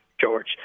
George